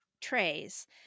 trays